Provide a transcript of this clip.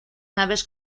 naves